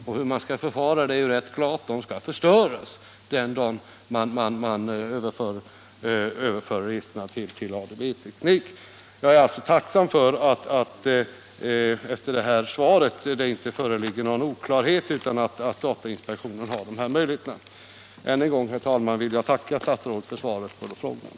Förfaringssättet är rätt klart: Registren skall förstöras den dag man överför dem till ADB-teknik. Jag är alltså tacksam för att det efter det här svaret inte föreligger någon oklarhet utan att datainspektionen har dessa möjligheter. Än en gång, herr talman, vill jag tacka statsrådet för svaret på min interpellation.